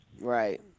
Right